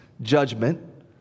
judgment